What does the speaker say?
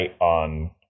on